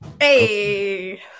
Hey